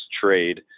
trade